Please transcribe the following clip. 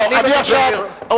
בוא, אני לא רוצה להתפלמס אתך.